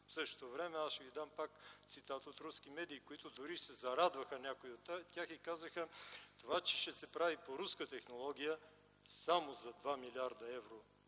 В същото време, аз ще Ви дам пак цитат от руски медии, които дори се зарадваха – някои от тях и казаха: „Това, че ще се прави по руска технология, само за 2 млрд. евро